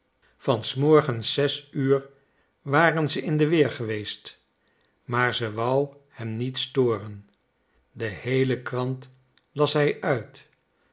van s morgens zes uur waren ze in de weer geweest maar ze wou hem niet storen de heele krant las hij uit